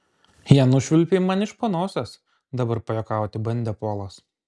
ją nušvilpei man iš panosės dabar pajuokauti bandė polas